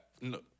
no